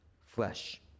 flesh